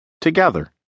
together